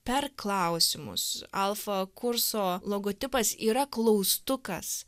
per klausimus alfa kurso logotipas yra klaustukas